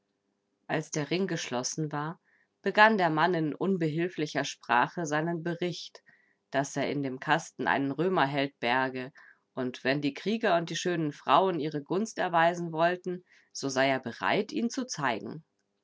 als der ring geschlossen war begann der mann in unbehilflicher sprache seinen bericht daß er in dem kasten einen römerheld berge und wenn die krieger und die schönen frauen ihre gunst erweisen wollten so sei er bereit ihn zu zeigen